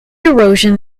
erosion